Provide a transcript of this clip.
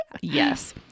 yes